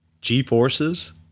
G-forces